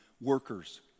workers